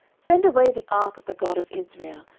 send away the ark of the god of israel,